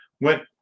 went